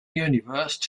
universe